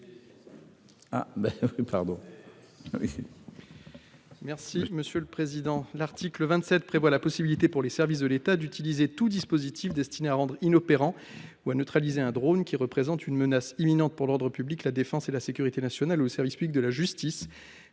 M. Mickaël Vallet. L'article 27 prévoit la possibilité pour les services de l'État d'utiliser tout dispositif destiné à rendre inopérant ou à neutraliser un drone représentant une menace imminente pour l'ordre public, la défense, la sécurité nationale ou encore le service public de la justice,